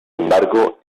embargo